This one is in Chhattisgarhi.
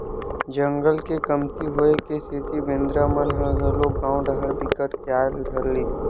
जंगल के कमती होए के सेती बेंदरा मन ह घलोक गाँव डाहर बिकट के आये ल धर लिस